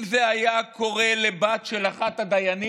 אם זה היה קורה לבת של אחד הדיינים,